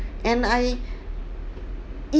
and I